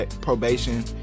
probation